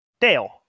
Dale